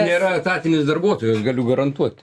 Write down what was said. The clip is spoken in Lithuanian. nėra etatinis darbuotojas galiu garantuoti